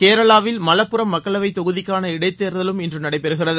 கேரளாவில் மலப்புரம் மக்களவைத் தொகுதிக்கான இடைத்தேர்தலும் இன்றுநடைபெறுகிறது